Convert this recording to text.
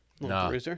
No